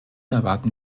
erwarten